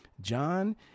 John